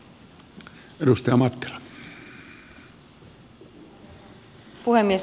arvoisa puhemies